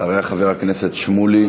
אחריה, חבר הכנסת שמולי